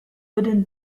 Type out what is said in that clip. wooden